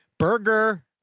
Burger